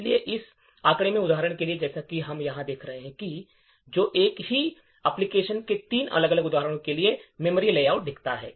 इसलिए इस आंकड़े में उदाहरण के लिए जैसा कि हम यहां देखते हैं जो एक ही एप्लिकेशन के तीन अलग अलग उदाहरणों के लिए मेमोरी लेआउट दिखाता है